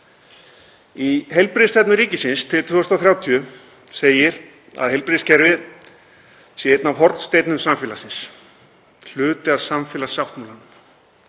Í heilbrigðisstefnu ríkisins til 2030 segir að heilbrigðiskerfið sé einn af hornsteinum samfélagsins, hluti af samfélagssáttmálanum.